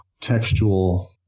textual